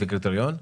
לפי קריטריון?